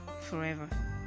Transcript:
forever